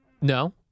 No